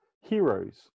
Heroes